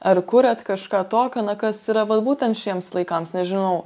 ar kuriat kažką tokio na kas yra vat būtent šiems laikams nežinau